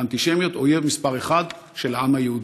האנטישמיות, אויב מספר אחת של העם היהודי.